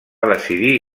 decidir